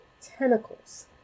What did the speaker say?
tentacles